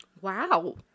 wow